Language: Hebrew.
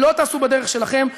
לא תעשו בדרך שלכם,